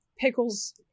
pickles